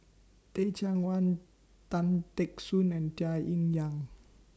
Teh Cheang Wan Tan Teck Soon and Tung Yue Nang